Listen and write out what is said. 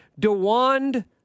DeWand